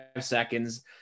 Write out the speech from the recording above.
seconds